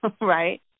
right